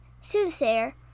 soothsayer